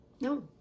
No